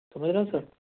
سمجھ رہے ہو سر